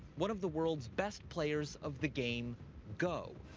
one of the world's best players of the game go.